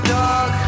dog